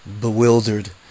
bewildered